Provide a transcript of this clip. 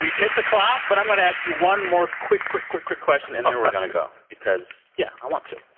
we've hit the clock, but i'm going to ask you one more quick, quick, quick, quick question, and then we're ah going to go because yeah, i want to.